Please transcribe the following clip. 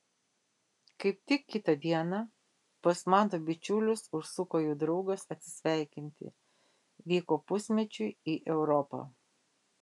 kaip tik kitą dieną pas mano bičiulius užsuko jų draugas atsisveikinti vyko pusmečiui į europą